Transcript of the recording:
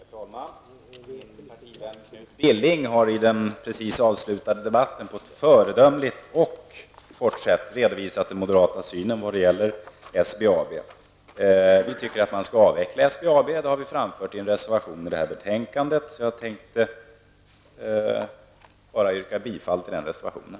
Herr talman! Min partivän Knut Billing har i den precis avslutade debatten på ett föredömligt och kort sätt redovisat den moderata synen när det gäller SBAB. Vi tycker att man skall avveckla SBAB. Det har vi framfört i en reservation i det här betänkandet. Jag tänker bara yrka bifall till den reservationen.